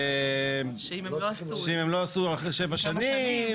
נוהל שאם הם לא עשו אחרי שבע שנים.